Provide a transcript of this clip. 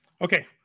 Okay